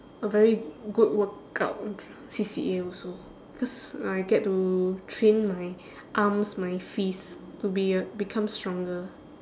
a very good workout dr~ C_C_A also because I get to train my arms my fist to be a become stronger